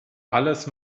alles